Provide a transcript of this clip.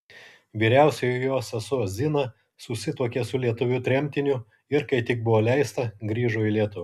vyriausioji jos sesuo zina susituokė su lietuviu tremtiniu ir kai tik buvo leista grįžo į lietuvą